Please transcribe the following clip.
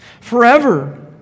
forever